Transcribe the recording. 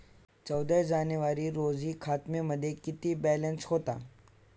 चौदा जानेवारी रोजी खात्यामध्ये किती बॅलन्स होता?